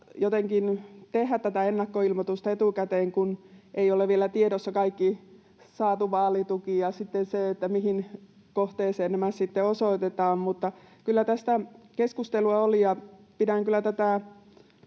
tehdä tätä ennakkoilmoitusta etukäteen, kun ei ole vielä tiedossa kaikki saatu vaalituki ja sitten se, mihin kohteeseen nämä osoitetaan. Mutta kyllä tästä keskustelua oli, ja pidän tätä